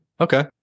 Okay